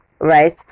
Right